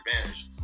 advantage